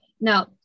Now